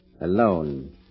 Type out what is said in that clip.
alone